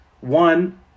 one